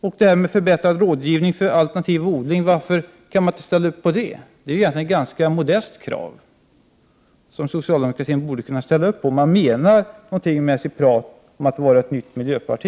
Och varför kan man inte ställa upp på kravet på förbättrad rådgivning om alternativ odling? Det är ett ganska modest krav som socialdemokraterna borde kunna ställa upp på, om de menar någonting med sitt tal om att socialdemokratin är ett riktigt miljöparti.